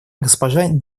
госпожа